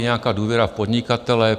Nějaká důvěra v podnikatele.